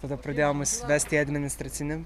tada pradėjo mus vesti į administracinį